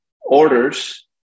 orders